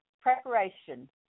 Preparation